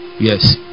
yes